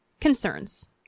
concerns